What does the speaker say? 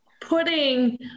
putting